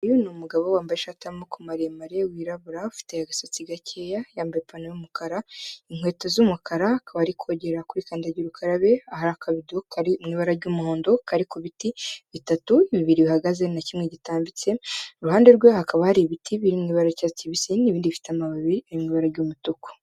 Uyu ni umugabo wambaye ishati y'amaboko maremare wirabura ufite agasatsi gakeya, yambaye ipantaro y'umukara inkweto z'umukara, akaba ari kogera kuri kandagira ukarabe, ahari akabido kari mu ibara ry'umuhondo, kari ku biti bitatu bibiri bihagaze na kimwe gitambitse, iruhande rwe hakaba hari ibiti biri mubara y'icyatsi kibisi, n'ibindi bifite amababi yibara y'umutuku